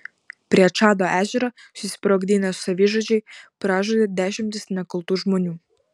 prie čado ežero susisprogdinę savižudžiai pražudė dešimtis nekaltų žmonių